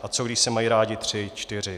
A co když se mají rádi tři, čtyři?